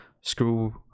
screw